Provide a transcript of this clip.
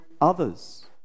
others